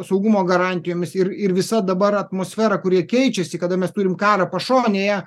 saugumo garantijomis ir ir visa dabar atmosfera kuri keičiasi kada mes turim karą pašonėje